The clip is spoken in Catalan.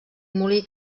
molí